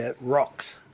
rocks